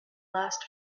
last